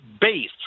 base